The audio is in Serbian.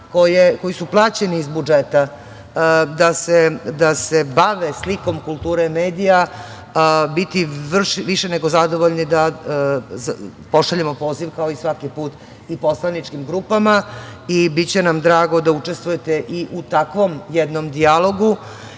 koji su plaćeni iz budžeta da se bave slikom kulture medija, biti više nego zadovoljni da pošaljemo poziv, kao i svaki put i poslaničkim grupama, i biće nam drago da učestvujete i u takvom jednom dijalogu,